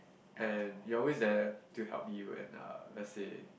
and you're always there to help me when uh let say